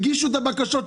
הגישו את הבקשות,